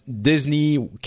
Disney